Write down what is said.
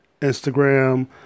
Instagram